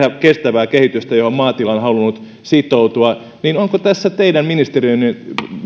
kestävää kehitystä johon maatila on halunnut sitoutua niin onko tässä teidän ministeriönne